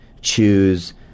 choose